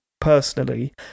personally